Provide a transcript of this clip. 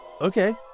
Okay